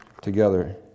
together